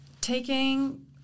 taking